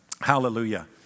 Hallelujah